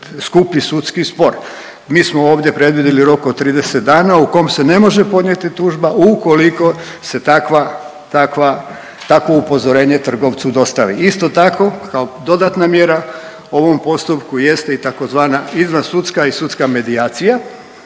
skuplji sudski spor. Mi smo ovdje predvidjeli rok od 30 dana u kom se ne može podnijeti tužba ukoliko se takva, takva, takvo upozorenje trgovcu dostavi. Isto tako kao dodatna mjera u ovom postupku jeste i tzv. izvansudska i sudska medijacija